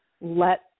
let